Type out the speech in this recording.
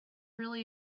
really